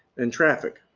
and traffic.